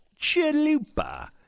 Chalupa